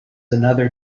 another